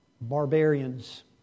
Barbarians